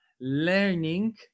learning